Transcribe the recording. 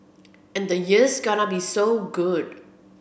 and the year's gonna be so good